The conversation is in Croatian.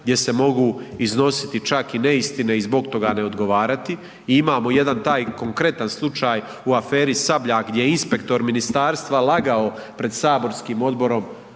gdje se mogu iznositi čak i neistine i zbog toga ne odgovarati i imamo taj jedan konkretan slučaj u aferi Sabljak gdje je inspektor ministarstva lagao pred saborskim odborom